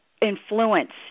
influence